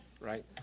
right